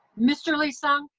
mr. lee-sung,